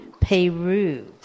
Peru